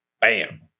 Bam